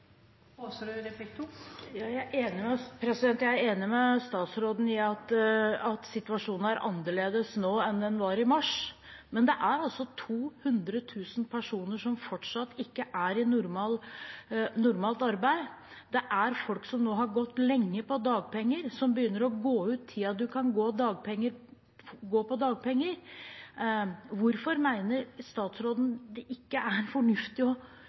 Jeg er enig med statsråden i at situasjonen er annerledes nå enn den var i mars, men det er altså 200 000 personer som fortsatt ikke er i normalt arbeid. Det er folk som nå har gått lenge på dagpenger, og som begynner å gå ut tiden de kan gå på dagpenger. Hvorfor mener statsråden det ikke er fornuftig å